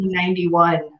1991